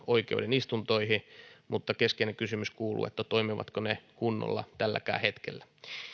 oikeuden istuntoihin mutta keskeinen kysymys kuuluu toimivatko ne kunnolla tälläkään hetkellä